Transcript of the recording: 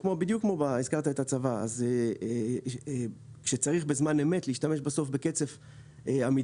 בדיוק כמו בצבא כשצריך בזמן אמת להשתמש בסוף בקצף אמיתי,